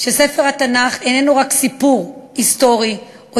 שספר התנ"ך איננו רק סיפור היסטורי או